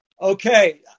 Okay